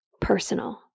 personal